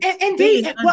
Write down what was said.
Indeed